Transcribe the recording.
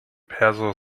perso